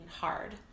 hard